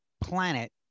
planet